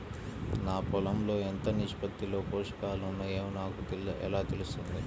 నా పొలం లో ఎంత నిష్పత్తిలో పోషకాలు వున్నాయో నాకు ఎలా తెలుస్తుంది?